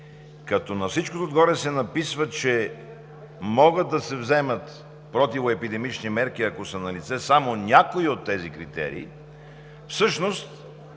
като на всичкото отгоре се написва, че могат да се вземат противоепидемични мерки, ако са налице само някои от тези критерии, всъщност